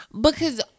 Because-